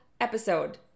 episode